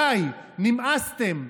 די, נמאסתם.